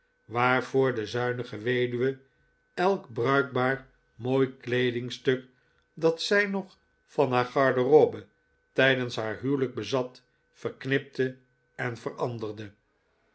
waarvoor de zuinige weduwe elk bruikbaar mooi kleedingstuk dat zij nog van haar garderobe tijdens haar huwelijk bezat verknipte en veranderde